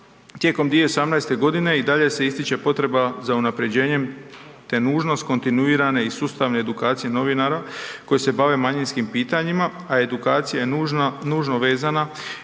tijekom 2018. g., i dalje se ističe potreba za unaprjeđenjem te nužnost kontinuirane i sustavne edukacije novinara koji se bave manjinskim pitanjima a edukacija je nužno vezana